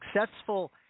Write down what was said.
successful